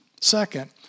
Second